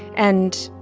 and